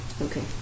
Okay